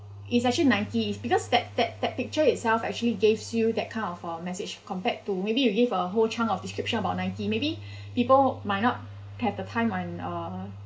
it's actually Nike is because that that that picture itself actually gives you that kind of a message compared to maybe you give a whole chunk of description about Nike maybe people might not have the time on uh